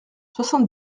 soixante